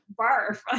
barf